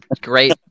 great